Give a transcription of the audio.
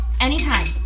anytime